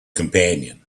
companion